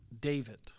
David